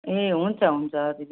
ए हुन्छ हुन्छ दिदी